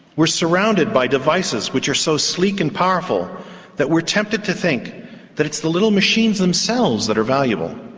we're surrounded by devices which are so sleek and powerful that we're tempted to think that it's the little machines themselves that are valuable.